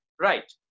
right